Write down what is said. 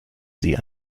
sie